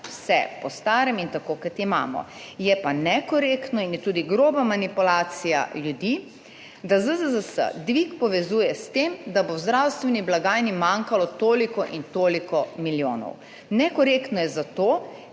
vse po starem in tako kot imamo, je pa nekorektno in je tudi groba manipulacija ljudi, da ZZZS dvig povezuje s tem, da bo v zdravstveni blagajni manjkalo toliko in toliko milijonov. Nekorektno je zato,